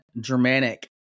Germanic